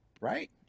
right